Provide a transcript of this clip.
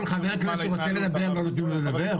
קודם כל, חבר כנסת שרוצה לדבר, לא ייתנו לו לדבר?